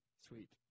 Sweet